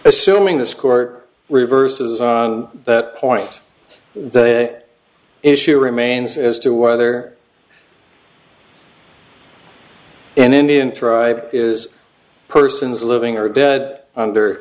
assuming this court reverses on that point the issue remains as to whether an indian tribe is persons living or dead under